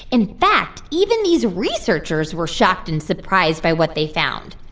in fact, even these researchers were shocked and surprised by what they found.